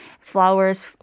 flowers